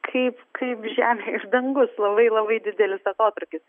kaip kaip žemė ir dangus labai labai didelis atotrūkis